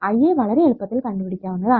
IA വളരെ എളുപ്പത്തിൽ കണ്ടുപിടിക്കാവുന്നതാണ്